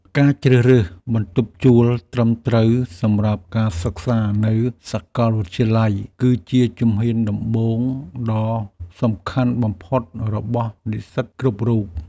ការជ្រើសរើសបន្ទប់ជួលត្រឹមត្រូវសម្រាប់ការសិក្សានៅសាកលវិទ្យាល័យគឺជាជំហានដំបូងដ៏សំខាន់បំផុតរបស់និស្សិតគ្រប់រូប។